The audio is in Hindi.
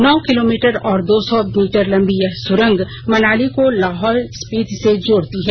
नौ किलोमीटर और दो सौ मीटर लंबी यह सुरंग मनाली को लाहौल स्पीति से जोड़ती है